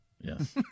Yes